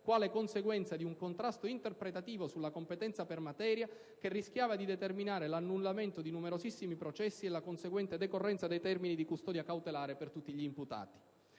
quale conseguenza di un contrasto interpretativo sulla competenza per materia che rischiava di determinare l'annullamento di numerosissimi processi e la conseguente decorrenza dei termini di custodia cautelare per tutti gli imputati.